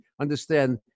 understand